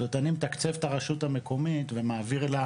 זאת אומרת, אני מתקצב את הרשות המקומית ומעביר לה